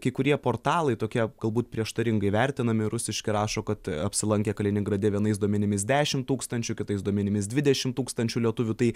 kai kurie portalai tokie galbūt prieštaringai vertinami rusiški rašo kad apsilankę kaliningrade vienais duomenimis dešimt tūkstančių kitais duomenimis dvidešimt tūkstančių lietuvių tai